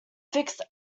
fixed